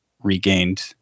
regained